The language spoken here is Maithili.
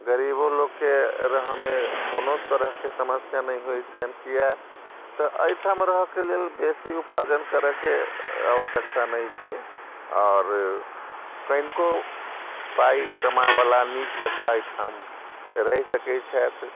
गरीबो लोककेँ रहयमे कोनो तरहके समस्या नहि होइ छन्हि कियाक तऽ एहिठाम रहयके लेल बेसी उपार्जन करयके आवश्यकता नहि छै आओर कनिको पाइ कमाइवला नीक जकाँ एहिठाम रहि सकै छथि